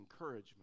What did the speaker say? encouragement